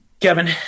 Kevin